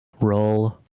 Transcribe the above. Roll